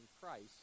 Christ